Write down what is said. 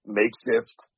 makeshift